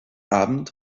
abend